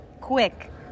Quick